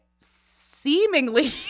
seemingly